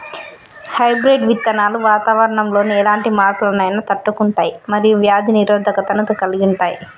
hybrid విత్తనాలు వాతావరణంలోని ఎలాంటి మార్పులనైనా తట్టుకుంటయ్ మరియు వ్యాధి నిరోధకతను కలిగుంటయ్